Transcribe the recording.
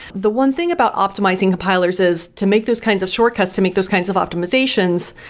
the one thing about optimizing compilers is, to make those kinds of shortcuts, to make those kinds of optimizations,